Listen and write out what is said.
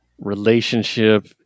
relationship